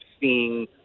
seeing